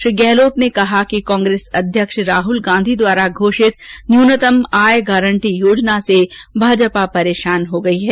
श्री गहलोत ने कहा कि कांग्रेस अध्यक्ष राहुल गांधी द्वारा घोषित न्यूनतम आय गारंटी योजना से भाजपा परेशान हो गयी है